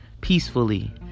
peacefully